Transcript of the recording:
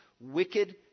wicked